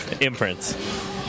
imprints